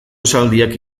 esaldiak